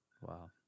Wow